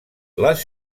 les